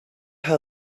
her